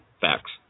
facts